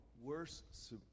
worse